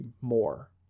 more